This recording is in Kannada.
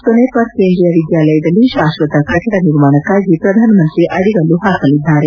ಸೋನೇಪುರ್ ಕೇಂದ್ರೀಯ ವಿದ್ಯಾಲಯದಲ್ಲಿ ತಾಶ್ವತ ಕಟ್ನಡ ನಿರ್ಮಾಣಕ್ನಾಗಿ ಪ್ರಧಾನಮಂತ್ರಿ ಅಡಿಗಲ್ಲು ಹಾಕಲಿದ್ದಾರೆ